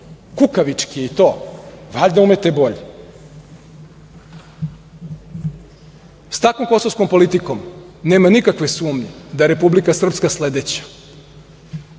Kukavički je i to, valjda umete bolje. Sa takvom kosovskom politikom nema nikakve sumnje da je Republika Srpska sledeća